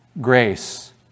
grace